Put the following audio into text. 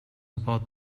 about